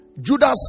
Judas